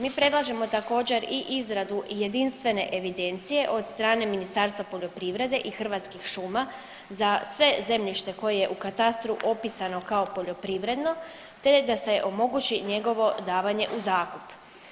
Mi predlažemo također i izradu jedinstvene evidencije od strane Ministarstva poljoprivrede i Hrvatskih šuma za sve zemljište koje je u katastru opisano kao poljoprivredno te da se omogući njegovo davanje u zakup.